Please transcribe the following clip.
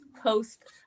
post